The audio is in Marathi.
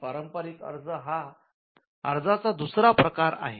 पारंपरिक अर्ज हा अर्जाचा दुसरा प्रकार आहे